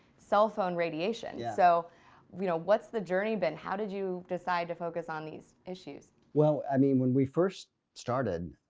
cellphone radiation. so you know what's the journey been? how did you decide to focus on these issues? well, i mean when we first started,